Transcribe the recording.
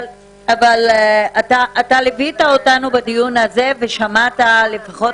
אבל אתה ליווית אותנו בדיון הזה ושמעת לפחות